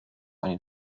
eine